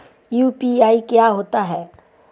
UPI क्या होता है?